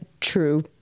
true